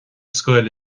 scoil